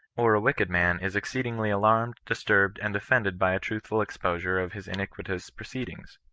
or a wicked man is exceedingly alarmed, disturbed, and offended by a truthful exposure of his iniquitous proceedings,